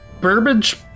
Burbage